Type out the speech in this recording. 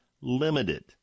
limited